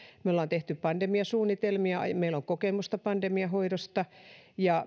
me olemme tehneet pandemiasuunnitelmia meillä on kokemusta pandemian hoidosta ja